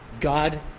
God